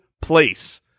place